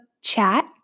chat